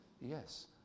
Yes